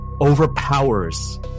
overpowers